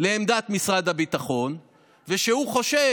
לעמדת משרד הביטחון ושהוא חושב,